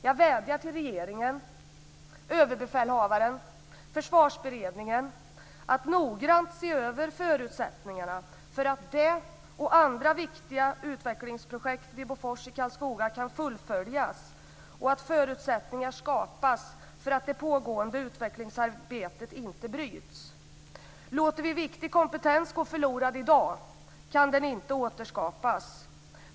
Jag vädjar till regeringen, överbefälhavaren och Försvarsberedningen att noggrant se över förutsättningarna för att det och andra viktiga utvecklingsprojekt vid Bofors i Karlskoga kan fullföljas och att förutsättningar skapas för att det pågående utvecklingsarbetet inte bryts. Låter vi viktig kompetens gå förlorad i dag kan den inte återskapas.